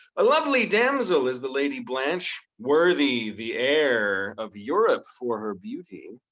a lovely damsel is the lady blanche, worthy the heir of europe for her beauty.